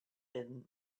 been